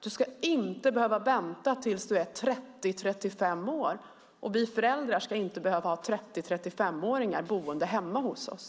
Du ska inte behöva vänta tills du är 30 eller 35 år. Vi föräldrar ska inte heller behöva ha 30 och 35-åringar boende hemma hos oss.